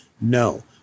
No